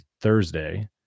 Thursday